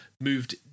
moved